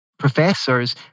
Professors